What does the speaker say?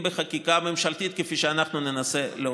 ואם בחקיקה ממשלתית, כפי שאנחנו ננסה להוביל.